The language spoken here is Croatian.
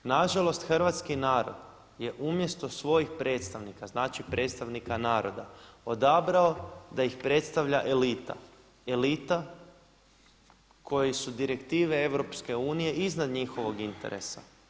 Na žalost hrvatski narod je umjesto svojih predstavnika, znači predstavnika naroda odabrao da ih predstavlja elita, elita koji su direktive EU iznad njihovog interesa.